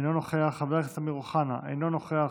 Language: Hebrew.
אינו נוכח, חבר הכנסת אמיר אוחנה אינו נוכח,